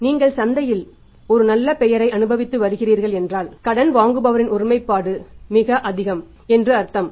நீங்கள் சந்தையில் ஒரு நல்ல பெயரை அனுபவித்து வருகிறீர்கள் என்றால் கடன் வாங்குபவரின் ஒருமைப்பாடு மிக அதிகம் என்று அர்த்தம்